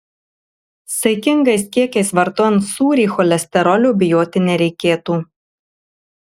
saikingais kiekiais vartojant sūrį cholesterolio bijoti nereikėtų